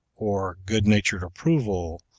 or good-natured approval,